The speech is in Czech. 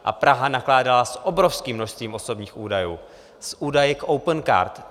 A Praha nakládala s obrovským množstvím osobních údajů, s údaji k Opencard.